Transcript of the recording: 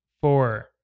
four